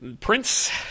prince